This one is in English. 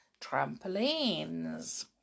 trampolines